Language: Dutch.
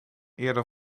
eerder